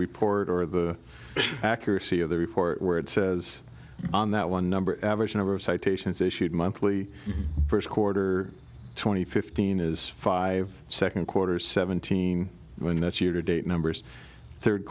report or the accuracy of the report where it says on that one number average number of citations issued monthly first quarter twenty fifteen is five second quarter seventeen when that year to date numbers third